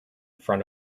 front